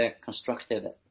constructive